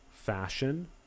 fashion